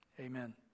Amen